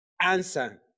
answer